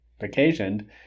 occasioned